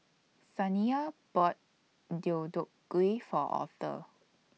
Saniya bought Deodeok Gui For Author